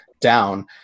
down